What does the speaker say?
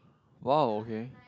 !wow! okay